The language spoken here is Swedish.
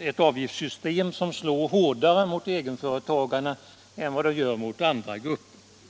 ett avgiftssystem som slår hårdare mot egenföretagarna än vad det gör mot andra grupper.